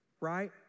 right